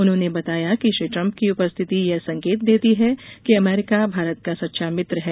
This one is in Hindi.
उन्होंने बताया कि श्री ट्रम्प की उपस्थिति यह संकेत देती है कि अमरीका भारत का सच्चा मित्र है